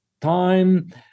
time